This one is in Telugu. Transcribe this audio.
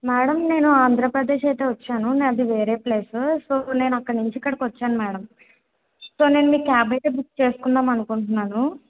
మేడం నేను ఆంధ్రప్రదేశ్ అయితే వచ్చాను నాది వేరే ప్లేసు సో నేనక్కడ నుంచి ఇక్కడికొచ్చాను మేడం సో నేను మీ క్యాబ్ అయితే బుక్ చేసుకుందాము అనుకుంటున్నాను